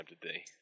today